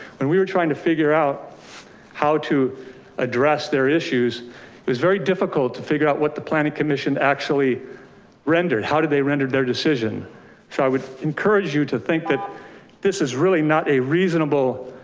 and we were trying to figure out how to address their issues. it was very difficult to figure out what the planning commission actually rendered. how did they rendered their decision? so i would encourage you to think that this is really not a reasonable